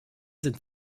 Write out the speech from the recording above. sind